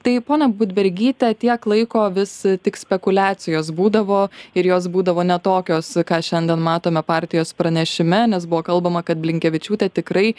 tai ponia budbergyte tiek laiko vis tik spekuliacijos būdavo ir jos būdavo ne tokios ką šiandien matome partijos pranešime nes buvo kalbama kad blinkevičiūtė tikrai